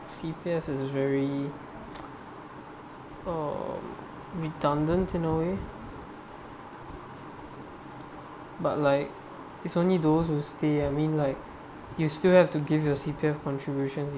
C_P_F is very um redundant in a way but like is only those who stay I mean like you still have to give your C_P_F contribution